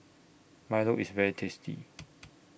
Milo IS very tasty